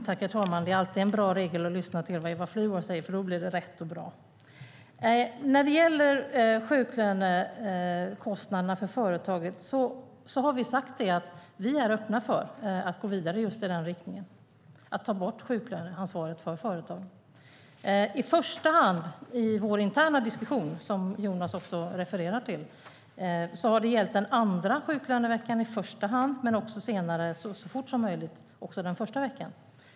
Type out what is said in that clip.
Herr talman! Det är alltid en bra regel att lyssna på vad Eva Flyborg säger, för då blir det rätt och bra. När det gäller sjuklönekostnaderna för företagen har vi sagt att vi är öppna för att gå vidare i just den riktningen och ta bort sjuklöneansvaret för företagen. I vår interna diskussion, som Jonas Eriksson refererade till, har det i första hand gällt den andra sjuklöneveckan. Men vi anser att även sjuklöneansvaret för den första sjuklöneveckan ska tas bort så fort som möjligt.